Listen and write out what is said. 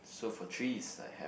so for threes I have